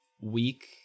week